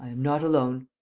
not alone.